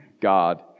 God